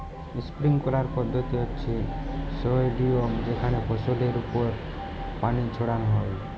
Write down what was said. sprinkler পদ্ধতি হচ্যে সই লিয়ম যেখানে ফসলের ওপর পানি ছড়ান হয়